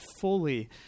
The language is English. fully